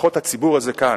לפחות הציבור הזה כאן,